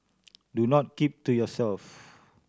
do not keep to yourself